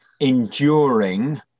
enduring